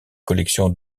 collections